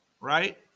right